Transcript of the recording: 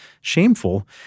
shameful